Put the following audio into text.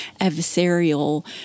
adversarial